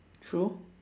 true